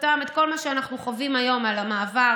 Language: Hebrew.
את כל מה שאנחנו חווים היום עם המעבר